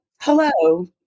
hello